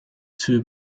two